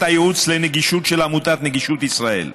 הייעוץ לנגישות של עמותת נגישות ישראל.